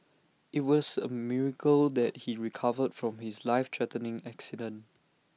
IT was A miracle that he recovered from his life threatening accident